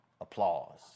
Applause